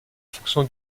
fonction